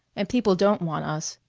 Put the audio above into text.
and people don't want us.